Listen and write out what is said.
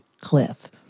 Cliff